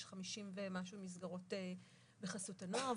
יש 50 ומשהו מסגרות בחסות הנוער,